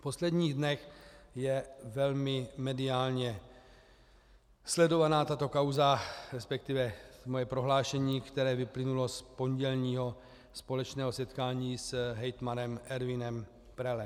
V posledních dnech je velmi mediálně sledovaná tato kauza, resp. moje prohlášení, které vyplynulo z pondělního společného setkání s hejtmanem Erwinem Pröllem.